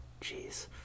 jeez